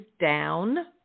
down